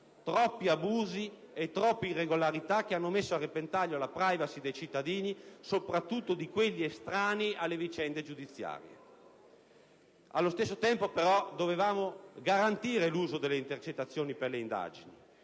Troppi abusi e troppe irregolarità, che hanno messo a repentaglio la *privacy* dei cittadini, soprattutto di quelli estranei alle vicende giudiziarie. Allo stesso tempo, però, dovevamo garantire l'uso delle intercettazioni per le indagini,